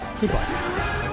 Goodbye